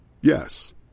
Yes